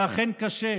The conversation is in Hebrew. זה אכן קשה,